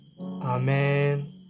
Amen